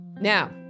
Now